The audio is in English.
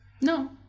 No